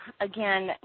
again